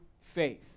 faith